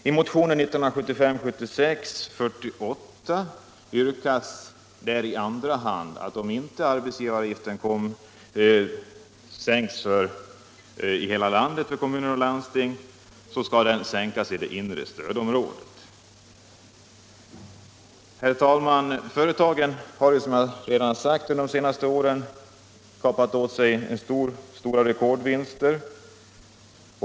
I motionen 1975/76:48 yrkas i andra hand att om inte arbetsgivaravgiften för kommuner och landsting sänks i hela landet skall den sänkas i det inre stödområdet. Herr talman! Företagen har, som jag redan sagt, under de senaste åren kunnat kapa åt sig rekordvinster.